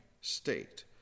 state